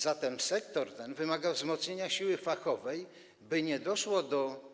Zatem sektor ten wymaga wzmocnienia siły fachowej, by nie doszło do